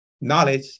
knowledge